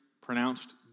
pronounced